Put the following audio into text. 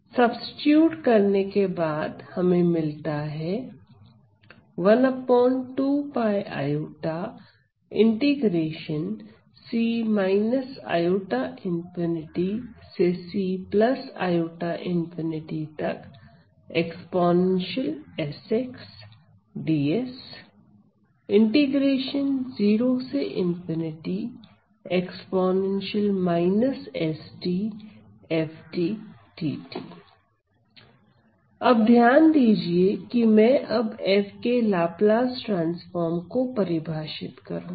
substitute करने के बाद हमें मिलता है अब ध्यान दीजिए कि मैं अब f के लाप्लास ट्रांसफार्म को परिभाषित करूंगा